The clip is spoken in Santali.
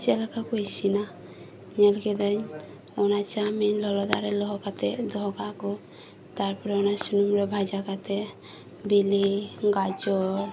ᱪᱮᱫ ᱞᱮᱠᱟ ᱠᱚ ᱤᱥᱤᱱᱟ ᱧᱮᱞ ᱠᱤᱫᱟᱹᱧ ᱚᱱᱟ ᱪᱟᱣᱢᱤᱱ ᱞᱚᱞᱚ ᱫᱟᱜ ᱨᱮ ᱫᱚᱦᱚ ᱠᱟᱛᱮᱫ ᱫᱚᱦᱚᱠᱟᱜᱼᱟᱠᱚ ᱛᱟᱨᱯᱚᱨ ᱚᱱᱟ ᱥᱩᱱᱩᱢ ᱨᱮ ᱵᱷᱟᱡᱟ ᱠᱟᱛᱮᱜ ᱵᱤᱞᱤ ᱜᱟᱡᱚᱨ